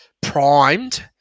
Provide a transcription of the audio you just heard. primed